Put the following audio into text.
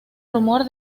rumor